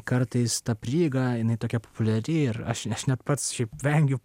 kartais ta prieiga jinai tokia populiari ir aš aš net pats vengiu